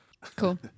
Cool